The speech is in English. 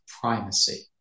primacy